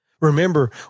Remember